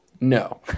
No